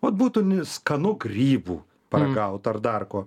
vat būtų skanu grybų paragaut ar dar ko